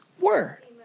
word